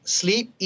sleep